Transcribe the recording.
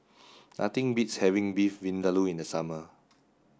nothing beats having Beef Vindaloo in the summer